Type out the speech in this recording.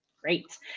great